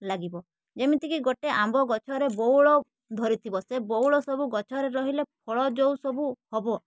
ଲାଗିବ ଯେମିତିକି ଗୋଟେ ଆମ୍ବ ଗଛରେ ବଉଳ ଧରିଥିବ ସେ ବଉଳ ସବୁ ଗଛରେ ରହିଲେ ଫଳ ଯେଉଁସବୁ ହବ